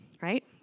right